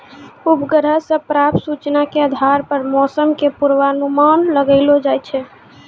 उपग्रह सॅ प्राप्त सूचना के आधार पर मौसम के पूर्वानुमान लगैलो जाय छै